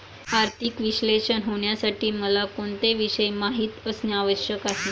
आर्थिक विश्लेषक होण्यासाठी मला कोणते विषय माहित असणे आवश्यक आहे?